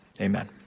Amen